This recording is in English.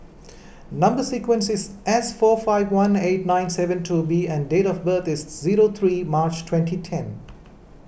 Number Sequence is S four five one eight nine seven two B and date of birth is zero three March twenty ten